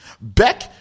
Beck